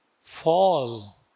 fall